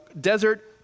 desert